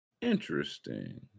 Interesting